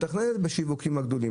כשאתה מתכנן את זה בשיווקים הגדולים.